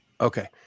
okay